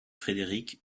frédérique